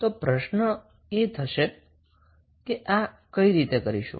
તો પ્રશ્ન એ થશે કે અપણે આ કઈ રીતે કરીશું